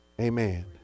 Amen